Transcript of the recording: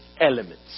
elements